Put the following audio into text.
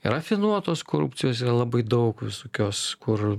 rafinuotos korupcijos yra labai daug visokios kur